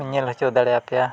ᱧᱮᱞ ᱦᱚᱪᱚ ᱫᱟᱲᱮᱭᱟ ᱯᱮᱭᱟ